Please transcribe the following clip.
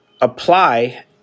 apply